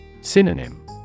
Synonym